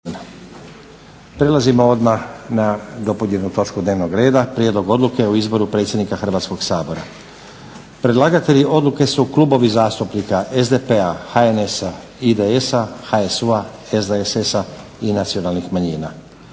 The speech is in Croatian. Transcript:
Prelazimo odmah na dopunjenu točku dnevnog reda - prijedlog Odluke o izboru predsjednika Hrvatskog sabora Predlagatelji odluke su klubovi zastupnika SDP-a, HNS-a, IDS-a, HSU-a, SDSS-a i nacionalnih manjina.